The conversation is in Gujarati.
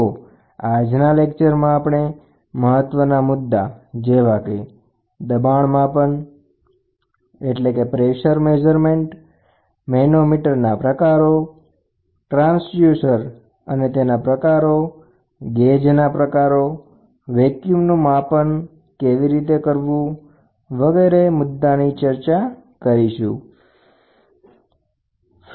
તો આ લેક્ચરમાં આપણે મહત્વના મુદ્દા જેવા કે દબાણ માપન મેનોમીટરના પ્રકારો ટ્રાન્સડ્યુસરના પ્રકારો ગેજીસના પ્રકારો શૂન્યાવકાશનું માપન વગેરેની ચર્ચા કરીશું જે ખૂબ મહત્વના છે